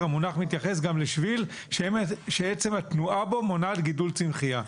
רמסו את העשבייה,